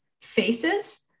faces